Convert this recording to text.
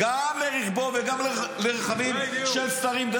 גם לרכבו וגם לרכבים של שרים.